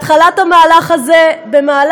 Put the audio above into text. ויש רוב בסיעת הליכוד להתחלת המהלך הזה במהלך,